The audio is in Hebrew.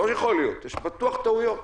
לא יכול להיות, בטוח שיש טעויות.